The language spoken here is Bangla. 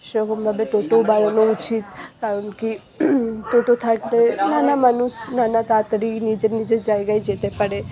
সেরকম ভাবে টোটোও বাড়ানো উচিত কারণ কি টোটো থাকলে নানা মানুষ নানা তাড়াতাড়ি নিজের নিজের জায়গায় যেতে পারে